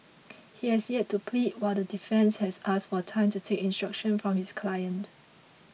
he has yet to plead while the defence has asked for time to take instructions from his client